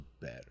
better